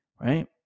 Right